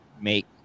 make